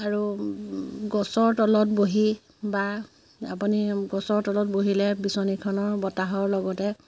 আৰু গছৰ তলত বহি বা আপুনি গছৰ তলত বহিলে বিচনীখনৰ বতাহৰ লগতে